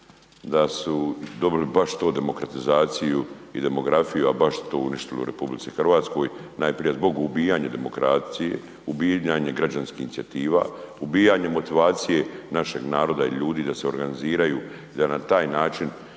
da su dobili baš to, demokratizaciju i demografiju a baš su to uništili u RH, najprije zbog ubijanja demokracije, ubijanja građanskih inicijativa, ubijanja motivacije našeg naroda i ljudi da se organiziraju i da na taj način